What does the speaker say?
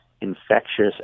infectious